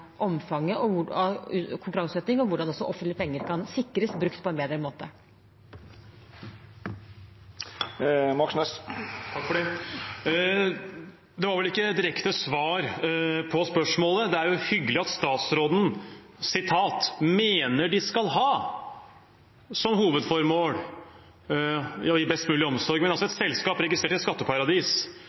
omfanget av konkurranseutsettingen og hvordan en kan sikre at offentlige penger blir brukt på en bedre måte. Det var vel ikke direkte et svar på spørsmålet. Det er hyggelig at statsråden mener at de skal ha som hovedformål å gi best mulig omsorg, men et selskap som er registrert i et skatteparadis,